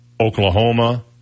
Oklahoma